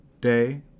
day